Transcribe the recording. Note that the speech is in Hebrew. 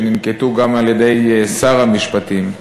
שננקטו גם על-ידי שרת המשפטים,